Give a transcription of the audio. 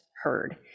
heard